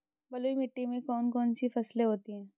बलुई मिट्टी में कौन कौन सी फसलें होती हैं?